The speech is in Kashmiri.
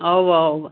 اَوا اَوا